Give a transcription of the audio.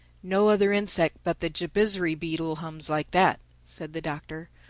no other insect but the jabizri beetle hums like that, said the doctor.